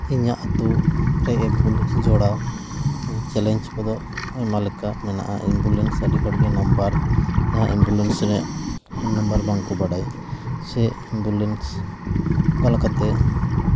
ᱤᱧᱟᱹᱜ ᱟᱹᱛᱩᱨᱮ ᱮᱢᱵᱩᱞᱮᱱᱥ ᱡᱚᱲᱟᱣ ᱪᱮᱞᱮᱧᱡᱽ ᱠᱚᱫᱚ ᱟᱭᱢᱟ ᱞᱮᱠᱟ ᱢᱮᱱᱟᱜᱼᱟ ᱮᱢᱵᱩᱞᱮᱱᱥ ᱟᱹᱰᱤ ᱦᱚᱲᱜᱮ ᱱᱟᱢᱵᱟᱨ ᱡᱟᱦᱟᱸ ᱮᱢᱵᱩᱞᱮᱱᱥ ᱨᱮ ᱯᱷᱳᱱ ᱱᱟᱢᱵᱟᱨ ᱵᱟᱝ ᱠᱚ ᱵᱟᱰᱟᱭᱟ ᱥᱮ ᱮᱢᱵᱩᱞᱮᱱᱥ ᱚᱠᱟ ᱞᱮᱠᱟᱛᱮ